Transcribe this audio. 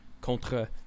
contre